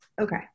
Okay